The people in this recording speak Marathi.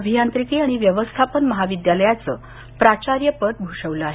अभियांत्रिकी आणि व्यवस्थापन महाविद्यालयाचं प्राचार्यपद भूषवलं आहे